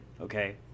Okay